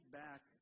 back